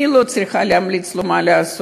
אני לא צריכה להמליץ לו מה לעשות,